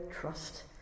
trust